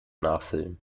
nachfüllen